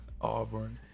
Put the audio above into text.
Auburn